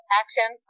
action